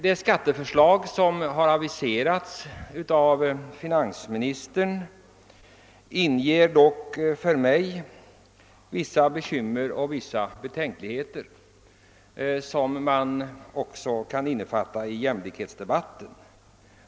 Det skatteförslag som har aviserats av finansministern, inger dock mig vissa bekymmer och betänkligheter, som också kan innefattas i jämlikhetsdebatten.